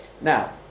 Now